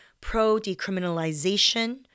Pro-decriminalization